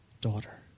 Daughter